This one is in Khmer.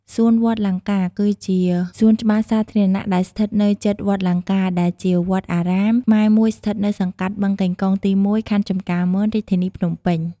សួនវត្តលង្កា គឺជាសួនច្បារសាធារណៈដែលស្ថិតនៅជិតវត្តលង្កា ដែលជាវត្តអារាមខ្មែរមួយស្ថិតនៅសង្កាត់បឹងកេងកងទី១ ខណ្ឌចំការមន រាជធានីភ្នំពេញ។